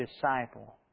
disciple